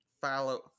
Follow